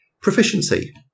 proficiency